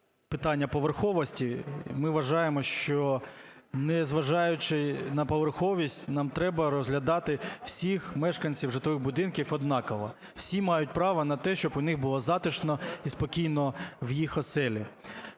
питання поверховості. Ми вважаємо, що, незважаючи на поверховість, нам треба розглядати всіх мешканців житлових будинків однаково. Всі мають право на те, щоб у них було затишно і спокійно в їх оселях.